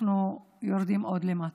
אנחנו יורדים עוד למטה.